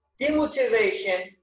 demotivation